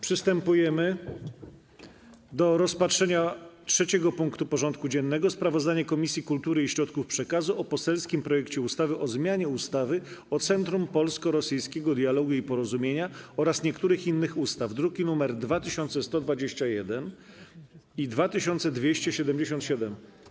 Przystępujemy do rozpatrzenia punktu 3. porządku dziennego: Sprawozdanie Komisji Kultury i Środków Przekazu o poselskim projekcie ustawy o zmianie ustawy o Centrum Polsko-Rosyjskiego Dialogu i Porozumienia oraz niektórych innych ustaw (druki nr 2121 i 2277)